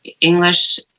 English